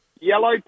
yellow